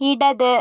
ഇടത്